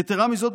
יתרה מזאת,